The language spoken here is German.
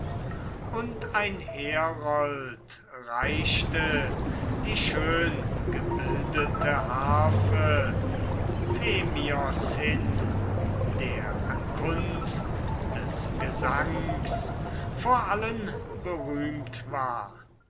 und ein herold reichte die schöngebildete harfe phemios hin der an kunst des gesangs vor allen berühmt war